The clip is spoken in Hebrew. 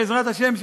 בעזרת השם,